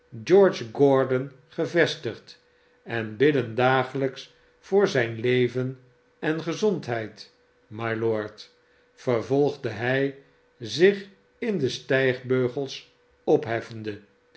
george gordon gevestigd en bidden dagelijks voor zijn leven en gezondheid mylord vervolgde hij zich in de stijgbeugels opheffende